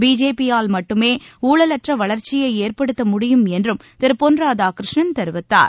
பிஜேபியால் மட்டுமேஊழலற்றவளர்ச்சியைஏற்படுத்த முடியும் என்றும் திருபொன்ராதாகிருஷ்ணன் தெரிவித்தார்